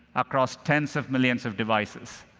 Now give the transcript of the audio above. across tens of millions of devices.